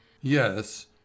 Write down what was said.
Yes